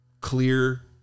clear